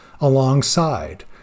alongside